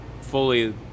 fully